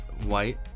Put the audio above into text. white